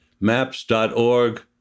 Maps.org